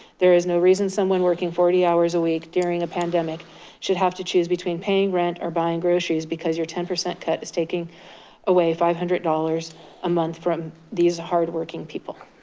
there is no reason someone working forty hours a week during a pandemic should have to choose between paying rent or buying groceries because your ten percent cut is taking away five hundred dollars a month from these hardworking people.